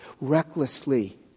Recklessly